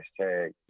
hashtag